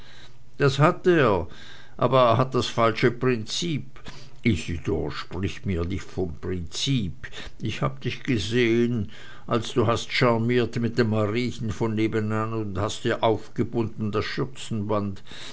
das hat er aber er hat das falsche prinzip isidor sprich mir nicht von prinzip ich habe dich gesehn als du hast scharmiert mit dem mariechen von nebenan und hast ihr aufgebunden das